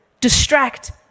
distract